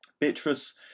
Beatrice